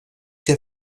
der